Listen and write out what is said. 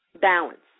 Balance